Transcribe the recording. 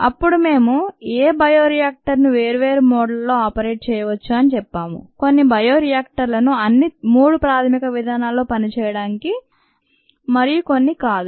అప్పుడు మేము ఏ బయో రియాక్టర్ ను వేర్వేరు మోడ్లలో ఆపరేట్ చేయవచ్చు అని చెప్పాము కొన్ని బయో రియాక్టర్లను అన్ని 3 ప్రాథమిక విధానాల్లో పనిచేయడానికి మరియు కొన్ని కాదు